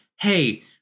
Hey